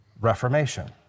Reformation